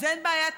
אז אין בעיה,